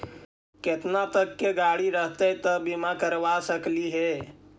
केतना तक के गाड़ी रहतै त बिमा करबा सकली हे?